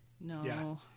No